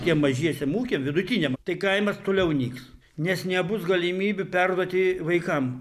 tiem mažiesiem ūkiam vidutiniam tai kaimas toliau nyks nes nebus galimybių perduoti vaikam